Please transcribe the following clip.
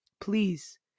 Please